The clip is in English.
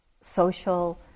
social